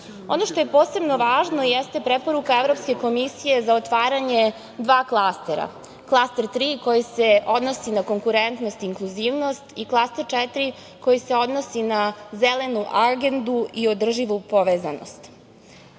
što je posebno važno jeste preporuka Evropske komisije za otvaranje dva klastera, Klaster 3, koji se odnosi na konkurentnost i inkluzivnost i Klaster 4, koji se odnosni na Zelenu agendu i održivu povezanost. Evropska